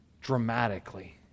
dramatically